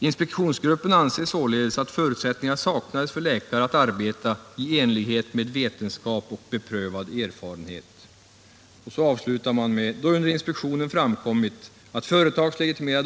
—-—- Inspektionsgruppen anser således att förutsättningar saknades för läkare att arbeta i enlighet med vetenskap och beprövad erfarenhet. Då under inspektionen framkommit — att företagets leg.